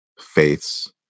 faiths